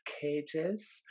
cages